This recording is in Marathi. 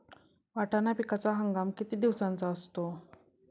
वाटाणा पिकाचा हंगाम किती दिवसांचा असतो?